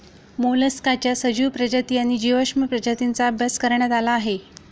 मोलस्काच्या सजीव प्रजाती आणि जीवाश्म प्रजातींचा अभ्यास करण्यात आला आहे